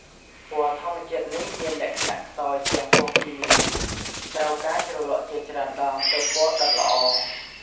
ពណ៌ធម្មជាតិនេះមានលក្ខណៈខ្សោយជាងពណ៌គីមី ត្រូវការជ្រលក់ជាច្រើនដងទើបពណ៌ដិតល្អ។